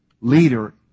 leader